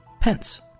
pence